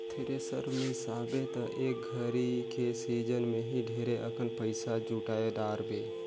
thresher बिसाबे त एक घरी के सिजन मे ही ढेरे अकन पइसा जुटाय डारबे